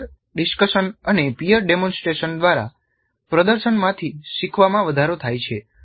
peer discussion અને peer demonstration દ્વારા પ્રદર્શનમાંથી શીખવામાં વધારો થાય છે